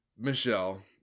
Michelle